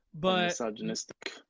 Misogynistic